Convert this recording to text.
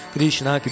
Krishna